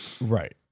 Right